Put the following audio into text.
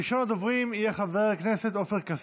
ראשון הדוברים יהיה חבר הכנסת עופר כסיף.